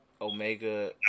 Omega